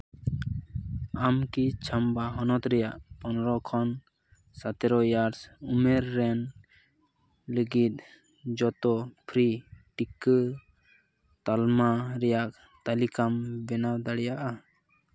ᱟᱢ ᱠᱤ ᱪᱷᱟᱢᱵᱟ ᱦᱚᱱᱚᱛ ᱨᱮᱭᱟᱜ ᱯᱚᱱᱨᱚ ᱠᱷᱚᱱ ᱥᱚᱛᱨᱚ ᱤᱭᱟᱨᱥ ᱩᱢᱮᱨ ᱨᱮᱱ ᱞᱟᱹᱜᱤᱫ ᱡᱚᱛᱚ ᱯᱷᱨᱤ ᱴᱤᱠᱟᱹ ᱛᱟᱞᱢᱟ ᱨᱮᱭᱟᱜ ᱛᱟᱞᱤᱠᱟᱢ ᱵᱮᱱᱟᱣ ᱫᱟᱲᱮᱭᱟᱜᱼᱟ